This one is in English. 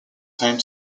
time